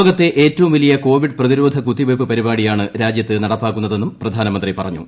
ലോകത്തെ ഏറ്റവും വലിയ കോവിഡ് പ്രതിരോധ കുത്തിവയ്പ് പരിപാടിയാണ് രാജ്യത്ത് നടപ്പാക്കുന്നതെന്നും പ്രധാനമന്ത്രി പറഞ്ഞു